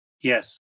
Yes